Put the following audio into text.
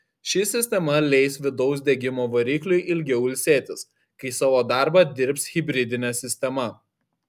ši sistema leis vidaus degimo varikliui ilgiau ilsėtis kai savo darbą dirbs hibridinė sistema